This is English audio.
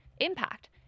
impact